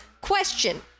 question